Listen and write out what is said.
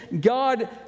God